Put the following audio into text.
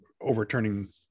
overturning